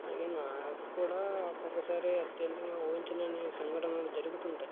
అదే నాకు కూడా ఒక్కొక్క సారి అత్యంతంగా ఊహించలేని సంఘటనలు జరుగుతూ ఉంటాయి